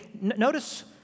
notice